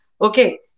Okay